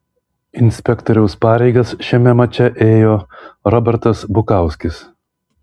inspektoriaus pareigas šiame mače ėjo robertas bukauskis